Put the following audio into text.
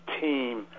team